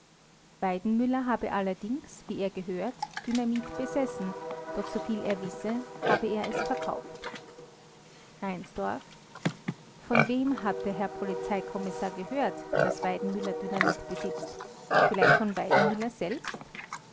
weidenmüller habe allerdings wie er gehört dynamit besessen doch soviel er wisse habe er es verkauft reinsdorf von wem hat der herr polizeikommissar gehört daß weidenmüller dynamit besitzt vielleicht von weidenmüller selbst